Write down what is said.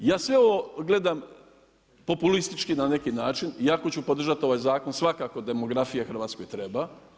Ja sve ovo gledam populistički na neki način iako ću podržati ovaj zakon svakako demografija Hrvatskoj treba.